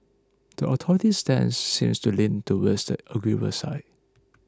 the authorities stance seems to lean towards the agreeable side